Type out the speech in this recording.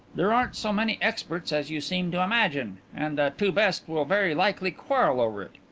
there aren't so many experts as you seem to imagine. and the two best will very likely quarrel over it.